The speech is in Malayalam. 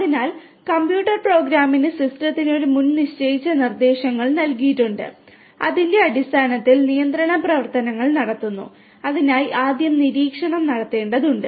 അതിനാൽ കമ്പ്യൂട്ടർ പ്രോഗ്രാമിന് സിസ്റ്റത്തിന് ഒരു മുൻനിശ്ചയിച്ച നിർദ്ദേശങ്ങൾ നൽകിയിട്ടുണ്ട് അതിന്റെ അടിസ്ഥാനത്തിൽ നിയന്ത്രണ പ്രവർത്തനങ്ങൾ നടത്തുന്നു അതിനായി ആദ്യം നിരീക്ഷണം നടത്തേണ്ടതുണ്ട്